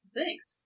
Thanks